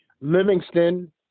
Livingston